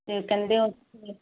ਤੇ ਕਹਿੰਦੇ ਓਥੇ